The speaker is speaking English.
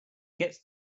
gets